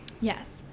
Yes